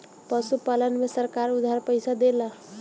पशुपालन में सरकार उधार पइसा देला?